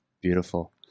Beautiful